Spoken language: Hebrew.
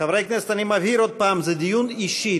חברי הכנסת, אני מבהיר עוד פעם: זה דיון אישי.